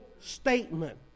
statement